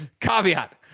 Caveat